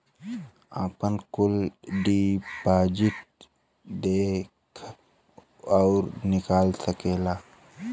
आपन कुल डिपाजिट देख अउर निकाल सकेला